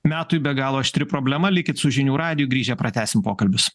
metui be galo aštri problema likit su žinių radiju grįžę pratęsim pokalbius